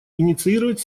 инициировать